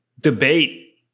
debate